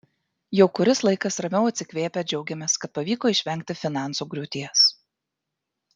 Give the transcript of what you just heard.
jau kuris laikas ramiau atsikvėpę džiaugiamės kad pavyko išvengti finansų griūties